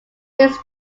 his